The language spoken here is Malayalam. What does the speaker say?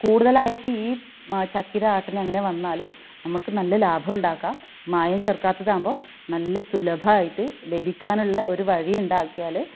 കൂടുതലായിട്ട് ഈ മ ചക്കിലാട്ടുന്നയിങ്ങനെ വന്നാൽ നമുക്ക് നല്ല ലാഭം ഉണ്ടാക്കാം മായം ചേര്ക്കാത്തതാവുമ്പോൾ നല്ല സുലഭമായിട്ട് ലഭിക്കാനുള്ള ഒരു വഴിയുണ്ടാക്കിയാൽ